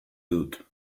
dut